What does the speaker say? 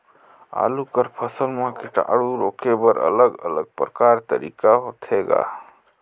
आलू कर फसल म कीटाणु रोके बर अलग अलग प्रकार तरीका होथे ग?